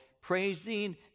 praising